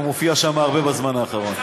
הוא מופיע שם הרבה בזמן האחרון.